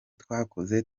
twakoze